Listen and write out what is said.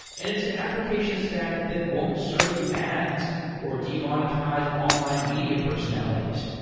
and it's an application stack that won't serve you ads or demonetize online media personalities,